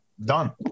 Done